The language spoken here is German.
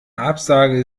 absage